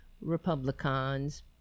republicans